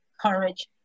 courage